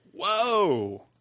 Whoa